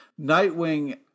Nightwing